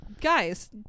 Guys